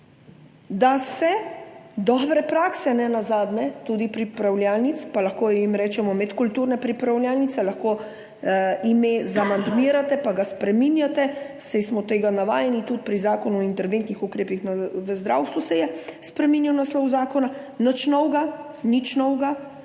dobre prakse, nenazadnje tudi pripravljalnic, pa jim lahko rečemo medkulturne pripravljalnice, lahko ime zamandmirate pa ga spreminjate, saj smo tega navajeni, tudi pri zakonu o interventnih ukrepih v zdravstvu se je spreminjal naslov zakona, nič novega. Nič novega,